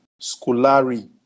Scolari